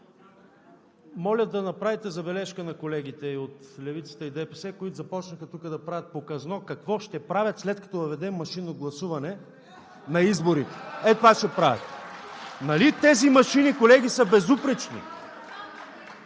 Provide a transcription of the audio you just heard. моля да направите забележка на колегите от Левицата и ДПС, които започнаха тук да правят показно какво ще правят, след като въведем машинно гласуване на изборите. Ето това ще правят. (Ръкопляскания